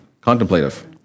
contemplative